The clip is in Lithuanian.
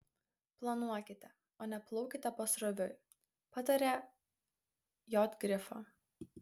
planuokite o ne plaukite pasroviui pataria j grifo